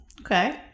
Okay